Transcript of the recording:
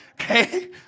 okay